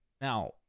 Now